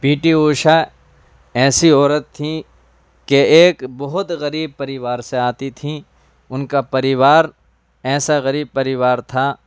پی T Usha ایسی عورت تھیں کہ ایک بہت غریب پریوار سے آتی تھیں ان کا پریوار ایسا غریب پریوار تھا